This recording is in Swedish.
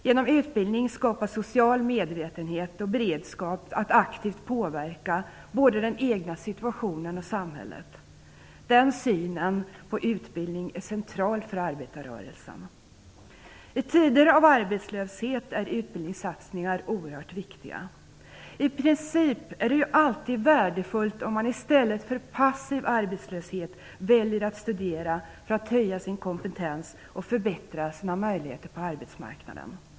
Genom utbildning skapas social medvetenhet och beredskap att aktivt påverka både den egna situationen och samhället. Den synen på utbildning är central för arbetarrörelsen. I tider av arbetslöshet är utbildningssatsningar oerhört viktiga. I princip är det alltid värdefullt om man i stället för passiv arbetslöshet väljer att studera för att höja sin kompetens och förbättra sina möjligheter på arbetsmarknaden.